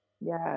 Yes